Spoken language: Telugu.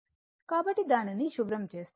కాబట్టి దానిని శుభ్రం చేస్తాను